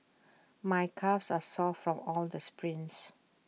my calves are sore from all this sprints